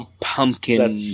pumpkin